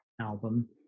album